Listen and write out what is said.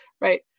Right